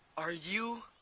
are you.